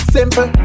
Simple